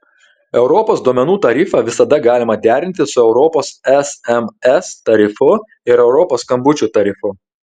europos duomenų tarifą visada galima derinti su europos sms tarifu ir europos skambučių tarifu